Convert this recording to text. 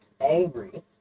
angry